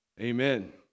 Amen